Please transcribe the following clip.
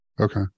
Okay